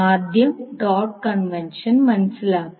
ആദ്യം dot convention മനസിലാക്കാം